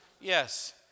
Yes